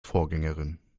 vorgängerin